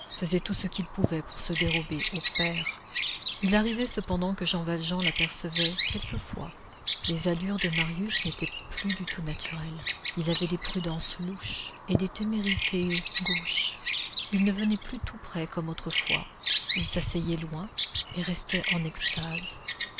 faisait tout ce qu'il pouvait pour se dérober au père il arrivait cependant que jean valjean l'apercevait quelquefois les allures de marius n'étaient plus du tout naturelles il avait des prudences louches et des témérités gauches il ne venait plus tout près comme autrefois il s'asseyait loin et restait en extase